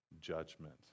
judgment